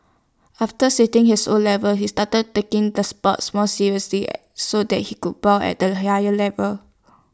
after sitting his O levels he started taking the sports more seriously so that he could bowl at A higher level